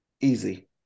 Easy